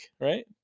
right